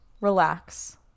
relax